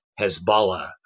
Hezbollah